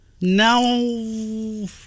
no